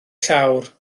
llawr